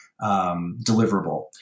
deliverable